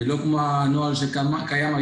מאוד מודה ומברכת את כולם על עבודת הקודש שאתם עושים.